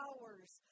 hours